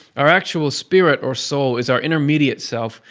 our actual spirit, or soul, is our intermediate self,